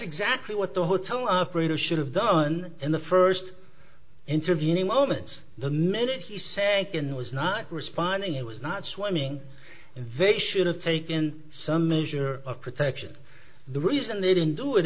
exactly what the hotel of greater should have done in the first intervening moments the minute he sank in was not responding it was not swimming very should have taken some measure of protection the reason they didn't do it